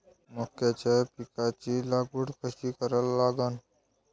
मक्याच्या पिकाची लागवड कशी करा लागन?